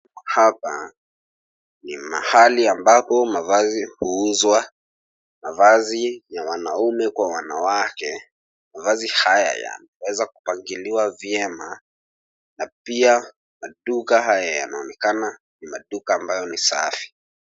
Hapa ni mahali ambapo mavazi huuzwa, mavazi ya wanaume kwa wanawake. Mavazi haya yameweza kupangiliwa vyema na pia maduka haya yanaonekana ni maduka ambayo ni safi.